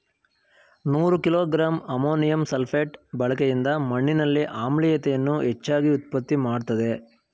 ನೂರು kilogram ammonium sulphate ಬಳಕೆಯಿಂದ ಮಣ್ಣಿನಲ್ಲಿ ಆಮ್ಲೀಯತೆಯನ್ನು ಹೆಚ್ಚಾಗಿ ಉತ್ಪತ್ತಿ ಮಾಡ್ತದೇ